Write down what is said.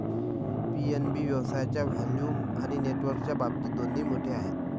PNB व्यवसायाच्या volume आणि नेटवर्कच्या बाबतीत दोन्ही मोठे आहे